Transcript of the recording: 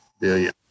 billion